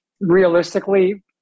realistically